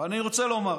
אני רוצה לומר,